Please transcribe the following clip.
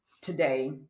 today